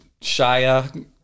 Shia